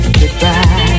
goodbye